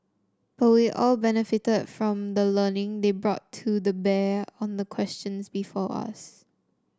but we all benefited from the learning they brought to the bear on the questions before us